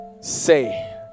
say